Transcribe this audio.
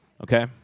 okay